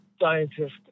scientist